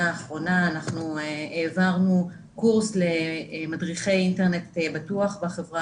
האחרונה אנחנו העברנו קורס למדריכי אינטרנט בטוח בחברה